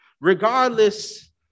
Regardless